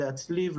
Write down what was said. להצליב.